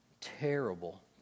Terrible